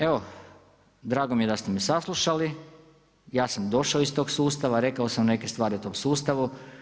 Evo, drago mi je da ste me saslušali, ja sam došao iz tog sustava, rekao sam neke stvari o tom sustavu.